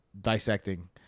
dissecting